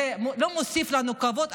זה לא מוסיף לנו כבוד.